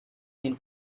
been